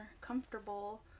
comfortable